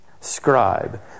scribe